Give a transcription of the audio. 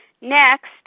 Next